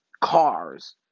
cars